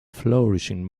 flourishing